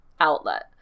outlet